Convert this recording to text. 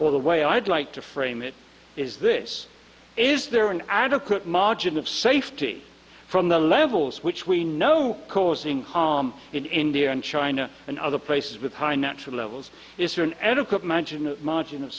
or the way i'd like to frame it is this is there an adequate margin of safety from the levels which we know coursing in india and china and other places with high natural levels is there an etiquette magine the margin of